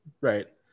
Right